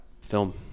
film